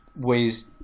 ways